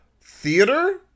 theater